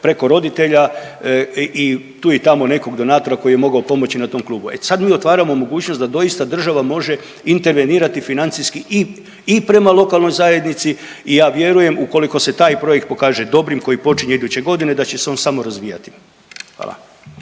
preko roditelja i tu i tamo nekog donatora koji je mogao pomoći na tom klubu. E sad mi otvaramo mogućnost da doista država može intervenirati financijski i prema lokalnoj zajednici i ja vjerujem ukoliko se taj projekt pokaže dobrim, koji počinje iduće godine da će se on samo razvijati. Hvala.